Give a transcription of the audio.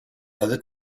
other